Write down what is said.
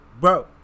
Bro